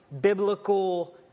biblical